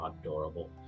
Adorable